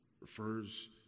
refers